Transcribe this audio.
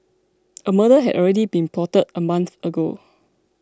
a murder had already been plotted a month ago